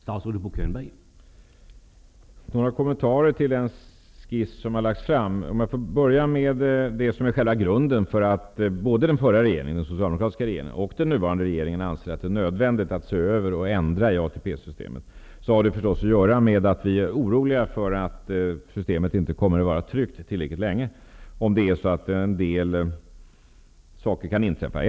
Herr talman! Jag har några kommentarer till den skiss som har lagts fram. Om jag får börja med det som är själva grunden för att både den förra regeringen, den socialdemokratiska regeringen, och den nuvarande regeringen anser att det är nödvändigt att se över och ändra i ATP-systemet, så har det förstås att göra med att vi är oroliga för att systemet inte kommer att vara tryggt tillräckligt länge om en del saker inträffar.